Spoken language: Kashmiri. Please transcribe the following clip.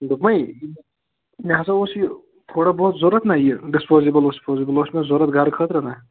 دوٚپمے مےٚ ہَسا اوس یہِ تھوڑا بُہت ضروٗرت نا یہِ ڈِسپوزیبُل وِسپوزیبُل اوس مےٚ ضروٗرت گَرٕ خٲطرٕ نا